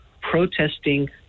protesting